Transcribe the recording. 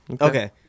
Okay